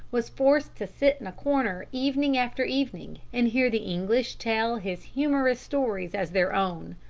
was forced to sit in a corner evening after evening and hear the english tell his humorous stories as their own.